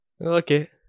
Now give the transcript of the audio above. Okay